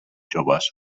joves